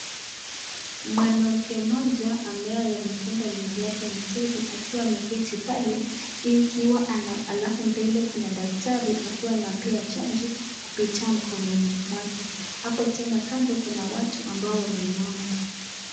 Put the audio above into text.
Mwanamke mmoja ambaye amefunga nywele yake mzuri akiwa ameketi pale, ikiwa alafu mbele kuna daktari, akiwa anampea chanjo, kupitia mkononi mwake, hapa tena kando kuna watu ambao wameinama.